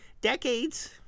decades